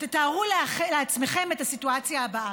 תארו לעצמכם את הסיטואציה הבאה.